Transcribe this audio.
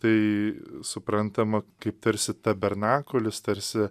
tai suprantama tarsi tabernakulis tarsi